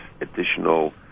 additional